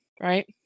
right